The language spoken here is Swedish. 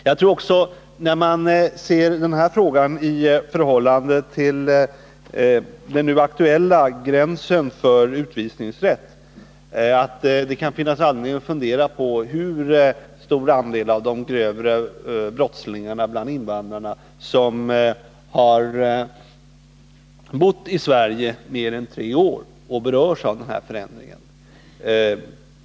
Jag tror också att det, när man ser den här frågan i förhållande till den nu aktuella gränsen för utvisningsrätt, kan finnas anledning att fundera på hur stor andel av de grövre brottslingarna bland invandrarna som har bott i Sverige mer än tre år och berörs av förändringen.